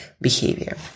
behavior